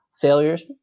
failures